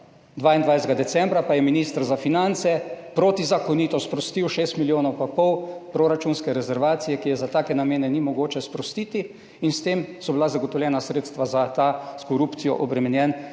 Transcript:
22. decembra pa je minister za finance protizakonito sprostil 6 milijonov pa pol proračunske rezervacije, ki je za take namene ni mogoče sprostiti. In s tem so bila zagotovljena sredstva za ta s korupcijo obremenjen